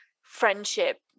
friendship